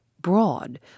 broad